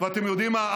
ואתם יודעים מה,